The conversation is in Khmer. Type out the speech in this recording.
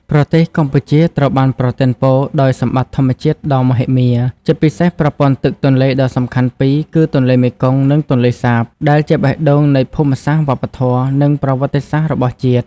ប្រទេសកម្ពុជាត្រូវបានប្រទានពរដោយសម្បត្តិធម្មជាតិដ៏មហិមា ជាពិសេសប្រព័ន្ធទឹកទន្លេដ៏សំខាន់ពីរគឺទន្លេមេគង្គ និងទន្លេសាប ដែលជាបេះដូងនៃភូមិសាស្ត្រ វប្បធម៌ និងប្រវត្តិសាស្ត្ររបស់ជាតិ។